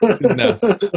No